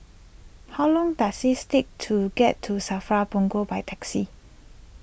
how long does it take to get to Safra Punggol by taxi